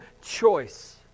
choice